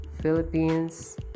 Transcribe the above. Philippines